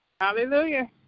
Hallelujah